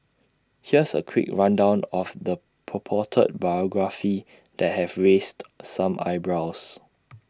here's A quick rundown of the purported biography that have raised some eyebrows